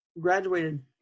graduated